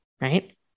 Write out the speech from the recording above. right